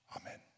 Amen